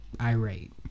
irate